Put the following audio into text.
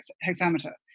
hexameter